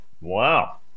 Wow